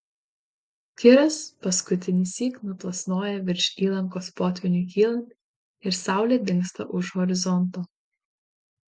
kiras paskutinįsyk nuplasnoja virš įlankos potvyniui kylant ir saulė dingsta už horizonto